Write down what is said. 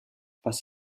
was